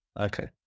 Okay